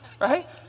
right